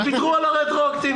הם ויתרו על הרטרואקטיביות.